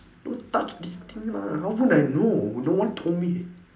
don't touch this thing lah how would I know no one told me